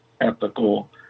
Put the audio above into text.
ethical